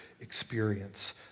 experience